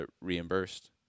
reimbursed